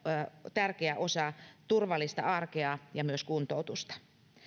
tärkeä osa turvallista arkea ja kuntoutusta